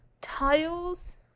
tiles